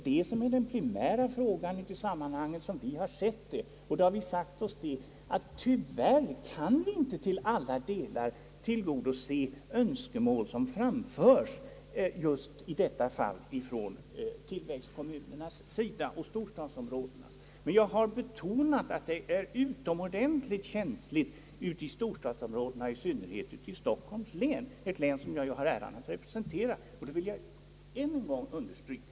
Mot den bakgrunden har vi sagt oss, att tyvärr kan vi inte till alla delar tillgodose önskemål som framförs just i detta fall från tillväxtkommunernas och storstadskommunernas sida. Men jag har betonat att frågan är utomordentligt känslig i storstadsområdena — särskilt i Stockholms län, som jag ju har äran att representera och det vill jag än en gång understryka.